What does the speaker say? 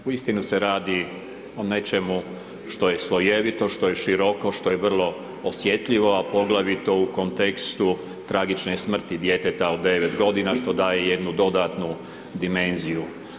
Uistinu se radi o nečemu što je slojevito, što je široko, što je vrlo osjetljivo, a poglavito u kontekstu tragične smrti djeteta od 9 godina, što daje jednu dodatnu dimenziju.